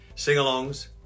sing-alongs